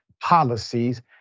policies